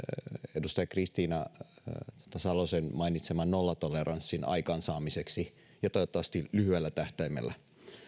edustaja kristiina salosen mainitseman nollatoleranssin aikaansaamiseksi ja toivottavasti lyhyellä tähtäimellä